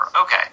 Okay